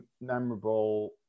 memorable